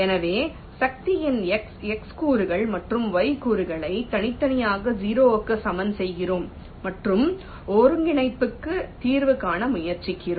எனவே சக்தியின் x கூறுகள் மற்றும் y கூறுகளை தனித்தனியாக 0 க்கு சமன் செய்கிறோம் மற்றும் ஒருங்கிணைப்புக்கு தீர்வு காண முயற்சிக்கிறோம்